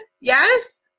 Yes